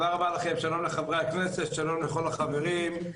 שלום לחברי הכנסת, שלום לכל החברים.